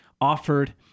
offered